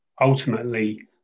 ultimately